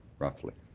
roughly.